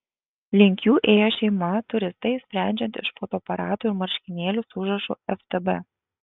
link jų ėjo šeima turistai sprendžiant iš fotoaparatų ir marškinėlių su užrašu ftb